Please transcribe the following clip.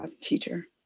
teacher